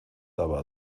aber